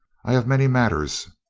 i have many matters.